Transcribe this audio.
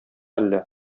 әллә